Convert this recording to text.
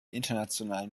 internationalen